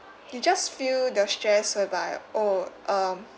you just feel the stress whereby oh um